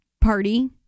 party